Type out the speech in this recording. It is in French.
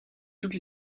toute